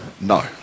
no